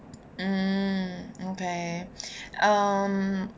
mm okay um